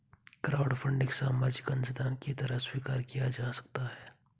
crowdfunding सामाजिक अंशदान की तरह स्वीकार किया जा सकता है